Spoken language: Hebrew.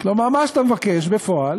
מה שאתה מבקש בפועל